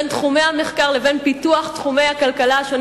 בין תחומי המחקר לבין פיתוח תחומי הכלכלה השונים